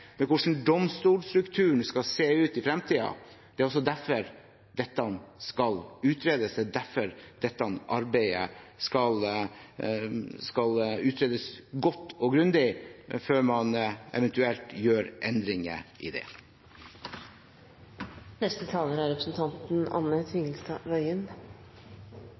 om hvordan domstolstrukturen skal se ut i fremtiden. Det er derfor dette skal utredes, det er derfor dette arbeidet skal utredes godt og grundig før man eventuelt gjør endringer i